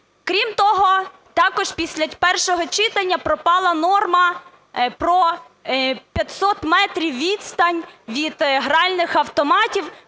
Крім того також після першого читання пропала норма про 500 метрів – відстань від гральних автоматів.